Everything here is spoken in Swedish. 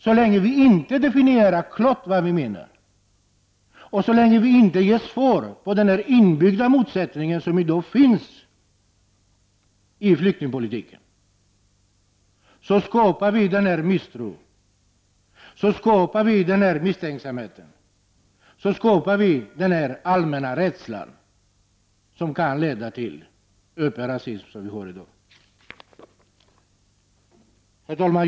Så länge vi inte definierar klart vad vi menar, så länge vi inte ger svar på den inbyggda motsättningen som i dag finns i flyktingpolitiken, skapas denna misstro, misstänksamhet och allmänna rädsla som kan leda till den öppna rasism som vi har i dag. Herr talman!